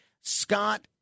Scott